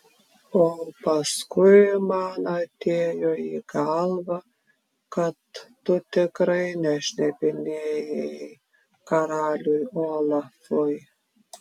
o paskui man atėjo į galvą kad tu tikrai nešnipinėjai karaliui olafui